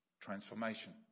Transformation